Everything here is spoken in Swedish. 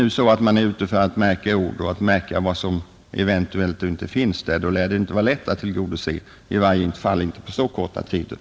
Om han är ute efter att märka ord och notera vad som eventuellt inte finns med där, så är det verkligen inte lätt att tillfredsställa herr Ekström.